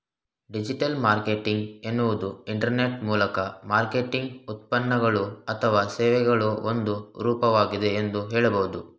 digital marketing ಎನ್ನುವುದು internet ಮೂಲಕ marketing ಉತ್ಪನ್ನಗಳು ಅಥವಾ ಸೇವೆಗಳ ಒಂದು ರೂಪವಾಗಿದೆ ಎಂದು ಹೇಳಬಹುದು